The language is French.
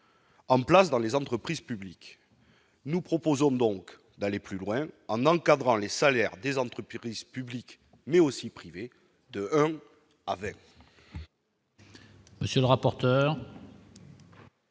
En place dans les entreprises publiques, nous proposons donc d'aller plus loin, en encadrant les salaires des entreprises publiques mais aussi privées de avec.